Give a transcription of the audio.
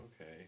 Okay